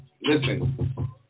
listen